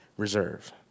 Reserve